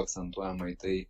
akcentuojama į tai